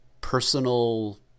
personal